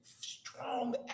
strong